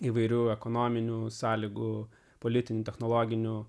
įvairių ekonominių sąlygų politiniu technologiniu